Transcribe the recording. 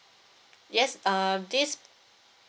yes um this